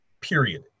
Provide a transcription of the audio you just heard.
period